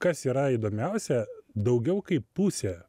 kas yra įdomiausia daugiau kaip pusė